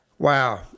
Wow